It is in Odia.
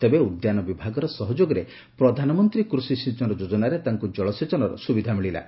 ତେବେ ଉଦ୍ୟାନ ବିଭାଗର ସହଯୋଗରେ ପ୍ରଧାନମନ୍ତୀ କୃଷି ସିଅନ ଯୋଜନାରେ ତାଙ୍କୁ ଜଳସେଚନର ସ୍ବିଧା ମିଳିଲା